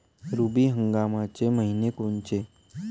रब्बी हंगामाचे मइने कोनचे?